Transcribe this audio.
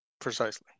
precisely